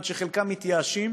עד שחלקם מתייאשים